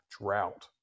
drought